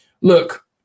Look